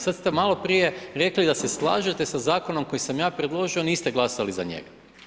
Sada ste maloprije rekli da se slažete sa zakonom koji sam ja predložio, niste glasali za njega.